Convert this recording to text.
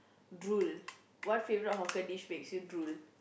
drool what favourite hawker dish makes you drool